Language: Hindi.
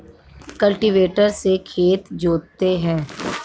कल्टीवेटर से खेत जोतते हैं